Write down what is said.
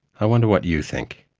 i wonder what you think.